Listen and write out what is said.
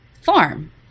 farm